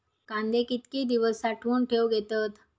कांदे कितके दिवस साठऊन ठेवक येतत?